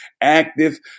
active